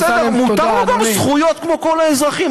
זה בסדר, מותר לו גם זכויות, כמו כל האזרחים.